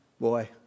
boy